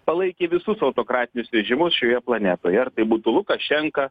palaikė visus autokratinius režimus šioje planetoje ar tai būtų lukašenka